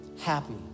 happy